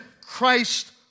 Christ